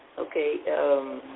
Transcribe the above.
Okay